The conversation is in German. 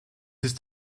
ist